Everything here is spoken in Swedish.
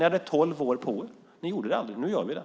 Ni hade tolv år på er. Ni gjorde det aldrig. Nu gör vi det.